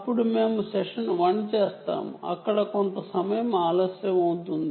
అప్పుడు మేము సెషన్ 1 చేస్తాము అక్కడ కొంత టైం డిలే అవుతుంది